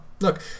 look